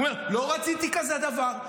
הוא אומר: לא רציתי כזה דבר.